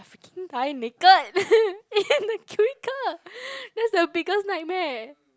I freaking die naked in the cubicle that's the biggest nightmare